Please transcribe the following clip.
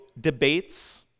debates